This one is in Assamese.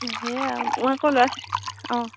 অ' সেয়েই আৰু মোৰ আকৌ ল'ৰা ছোৱালী অ'